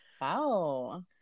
Wow